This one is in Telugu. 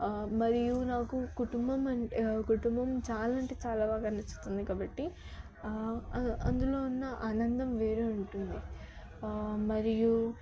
మరియు నాకు కుటుంబం అంటే కుటుంబం చాలా అంటే చాలా బాగా నచ్చుతుంది కాబట్టి అందులో ఉన్న ఆనందం వేరే ఉంటుంది మరియు